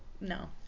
No